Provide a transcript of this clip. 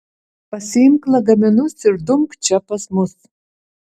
pasiimk lagaminus ir dumk čia pas mus